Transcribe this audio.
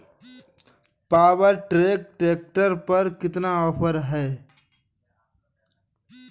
Power track tractor पर कितना offer है?